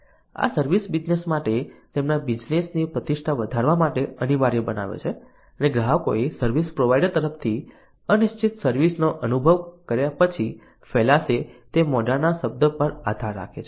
આ service business માટે તેમના બિઝનેસની પ્રતિષ્ઠા વધારવા માટે અનિવાર્ય બનાવે છે અને ગ્રાહકોએ સર્વિસ પ્રોવાઇડર તરફથી અનિશ્ચિત સર્વિસ નો અનુભવ કર્યા પછી ફેલાશે તે મોઢાના શબ્દ પર આધાર રાખે છે